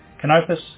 Canopus